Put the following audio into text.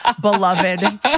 beloved